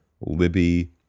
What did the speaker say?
Libby